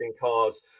cars